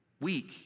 Weak